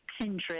Pinterest